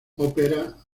opera